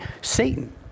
Satan